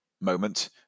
moment